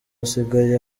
asigaye